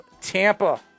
Tampa